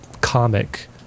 comic